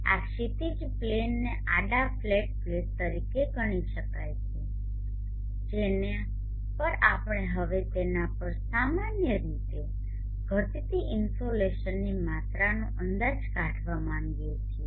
આ ક્ષિતિજ પ્લેનને આડા ફ્લેટ પ્લેટ તરીકે ગણી શકાય છે જેના પર આપણે હવે તેના પર સામાન્ય રીતે ઘટતી ઇનસોલેશનની માત્રાનો અંદાજ કાઢવા માંગીએ છીએ